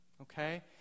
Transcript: Okay